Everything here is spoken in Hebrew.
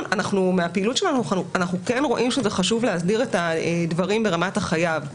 מהפעילות שלנו אנחנו כן רואים שזה חשוב להסדיר את הדברים ברמת החייב.